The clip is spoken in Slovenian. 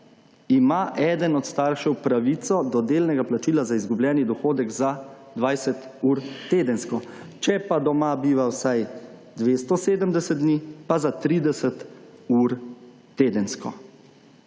ima eden od staršev pravico do delnega plačila za izgubljeni dohodek za 20 ur tedensko. Če pa doma biva vsaj 270 dni, pa za 30 ur tedensko.